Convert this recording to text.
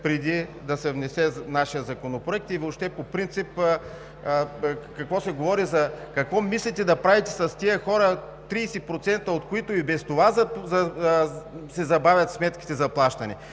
преди да се внесе нашият законопроект и въобще по принцип какво мислите да правите с тези хора, 30% от които и без това си забавят сметките за плащане?